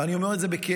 ואני אומר את זה בכאב,